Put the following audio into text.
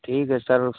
ٹھیک ہے سر